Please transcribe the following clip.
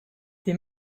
des